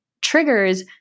triggers